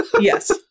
Yes